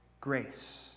grace